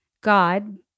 God